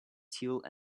teal